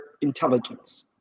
intelligence